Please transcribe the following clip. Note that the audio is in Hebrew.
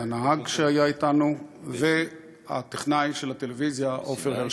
הנהג שהיה אתנו והטכנאי של הטלוויזיה עופר הרשקוביץ.